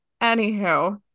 Anywho